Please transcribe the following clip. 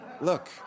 Look